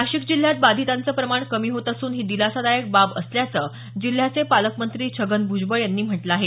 नाशिक जिल्ह्यात बाधितांचे प्रमाण कमी होत असून ही दिलासादायक बाब असल्याचं जिल्ह्याचे पालकमंत्री छगन भुजबळ यांनी म्हटलं आहे